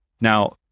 Now